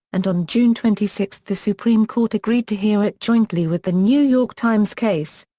and on june twenty six the supreme court agreed to hear it jointly with the new york times case.